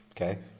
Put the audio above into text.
Okay